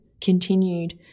continued